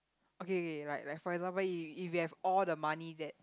okay okay like like for example you if you have all the money that